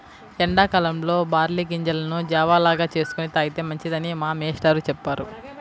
ఎండా కాలంలో బార్లీ గింజలను జావ లాగా చేసుకొని తాగితే మంచిదని మా మేష్టారు చెప్పారు